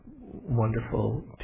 wonderful